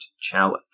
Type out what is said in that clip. challenge